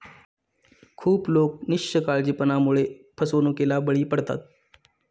खूप लोक निष्काळजीपणामुळे फसवणुकीला बळी पडतात